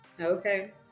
Okay